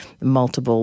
multiple